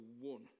one